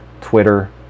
Twitter